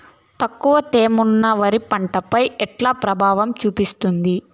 తక్కువ తేమ నా వరి పంట పై ఎట్లా ప్రభావం చూపిస్తుంది?